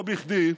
לא בכדי,